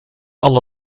alle